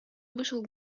вышел